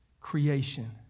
creation